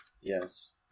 Yes